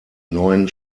neuen